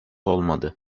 olmadı